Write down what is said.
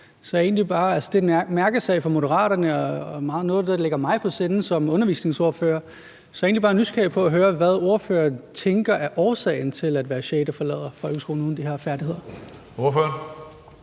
det er en mærkesag for Moderaterne og noget af det, som ligger mig på sinde som undervisningsordfører. Så jeg er egentlig bare nysgerrig på at høre, hvad ordføreren tænker er årsagen til, at hver sjette forlader folkeskolen